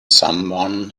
someone